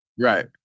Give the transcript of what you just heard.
Right